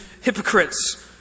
hypocrites